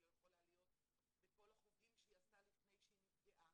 היא לא יכולה להיות בכל החוגים שהיא עשתה לפני שהיא נפגעה.